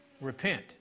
repent